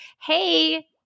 hey